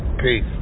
Peace